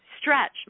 Stretch